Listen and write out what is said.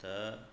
त